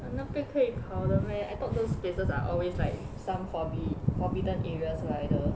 mm 那边可以跑的 meh I thought those places are always like some forbi~ forbidden areas either